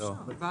לא.